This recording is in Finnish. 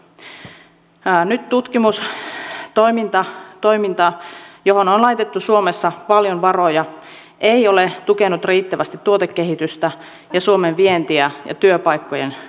nyt tutkimustoiminta johon on laitettu suomessa paljon varoja ei ole tukenut riittävästi tuotekehitystä ja suomen vientiä ja työpaikkojen syntymistä